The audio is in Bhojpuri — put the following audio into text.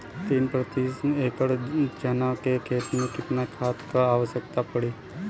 तीन प्रति एकड़ चना के खेत मे कितना खाद क आवश्यकता पड़ी?